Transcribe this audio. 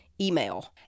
email